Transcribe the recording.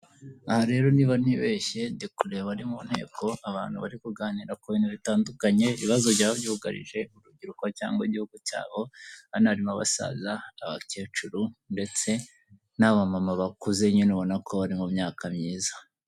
Aha rero niba ntibeshye ndikureba ari mu nteko abantu bari kuganira ku bintu bitandukanye, ibibazo byaba byugarije urubyiruko cyangwa igihugu cyabo, hano harimo abasaza, abakecuru ndetse n'aba mama bakuze nyine ubona ko bari mu myaka myiza.